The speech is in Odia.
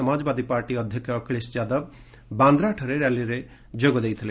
ସମାଜବାଦୀ ପାର୍ଟି ଅଧ୍ୟକ୍ଷ ଅଖଳେଶ ଯାଦବ ବ୍ରାନ୍ଦାଠାରେ ର୍ୟାଲିରେ ଯୋଗଦେଇଥିଲେ